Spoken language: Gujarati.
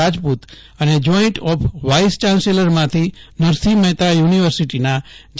રાજપુત અને જોઇન્ટ ઓફ વાઇસ ચાન્સેલરમાંથી નરસિંહ મહેતા યુનિવર્સીટીના જે